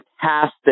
fantastic